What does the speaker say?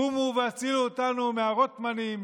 קומו והצילו אותנו מהרוטמנים,